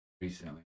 recently